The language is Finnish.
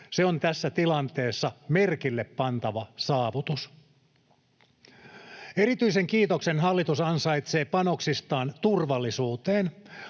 Se on tässä tilanteessa merkille pantava saavutus. Erityisen kiitoksen hallitus ansaitsee panoksistaan turvallisuuteen.